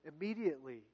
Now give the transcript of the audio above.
Immediately